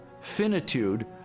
finitude